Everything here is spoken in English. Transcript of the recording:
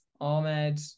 Ahmed